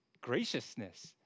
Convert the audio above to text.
graciousness